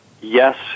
yes